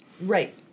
Right